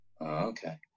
Okay